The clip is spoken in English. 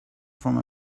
from